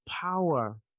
power